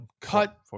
cut